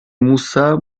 moussa